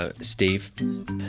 Steve